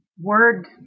word